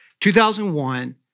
2001